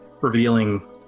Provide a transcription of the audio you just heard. revealing